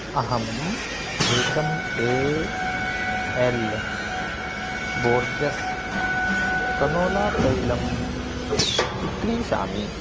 अहं एकं ऐ एल् बोर्जेस् कनोला तैलम् चिक्रीषामि